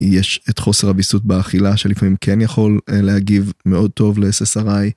יש את חוסר הויסות באכילה שלפעמים כן יכול להגיב מאוד טוב לססריי.